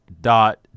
dot